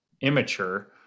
immature